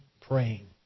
praying